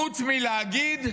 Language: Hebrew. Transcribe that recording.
חוץ מלהגיד: